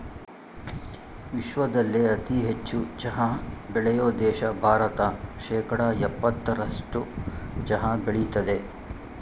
ವಿಶ್ವದಲ್ಲೇ ಅತಿ ಹೆಚ್ಚು ಚಹಾ ಬೆಳೆಯೋ ದೇಶ ಭಾರತ ಶೇಕಡಾ ಯಪ್ಪತ್ತರಸ್ಟು ಚಹಾ ಬೆಳಿತದೆ